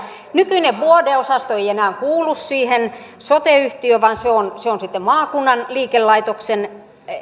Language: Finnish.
nykyinen vuodeosasto ei ei enää kuulu siihen sote yhtiöön vaan se on sitten maakunnan liikelaitoksen